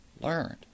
Learned